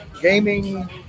gaming